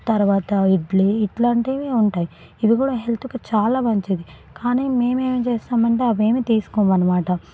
తరువాత ఇడ్లీ ఇట్లాంటివి ఉంటాయి ఇవి కూడా హెల్త్కు చాలా మంచిది కానీ మేము ఏం చేస్తామంటే అవేమీ తీసుకోము అన్నమాట